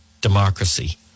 democracy